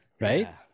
right